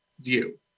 view